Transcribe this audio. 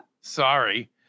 Sorry